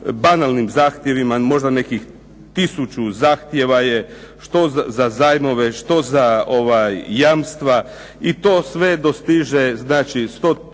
banalnim zahtjevima možda nekih tisuću zahtjeva je što za zajmove, što za jamstva i to sve dostiže znači 100